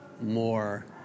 more